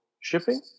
shipping